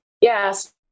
Yes